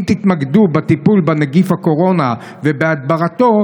אם תתמקדו בטיפול בנגיף הקורונה ובהדברתו,